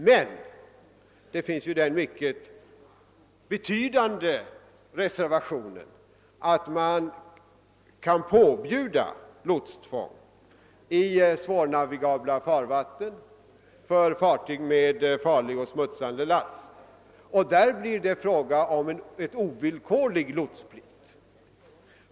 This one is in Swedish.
Men det finns den mycket betydande reservationen att man kan påbjuda lots i svårnavigabla farvatten och för fartyg med farlig eller smutsande last. I de fallen blir det en ovillkorlig lotsplikt.